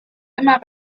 immer